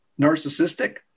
narcissistic